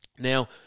Now